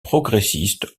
progressiste